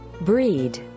Breed